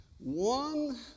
one